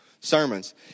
sermons